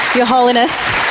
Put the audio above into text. your holiness,